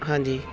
ਹਾਂਜੀ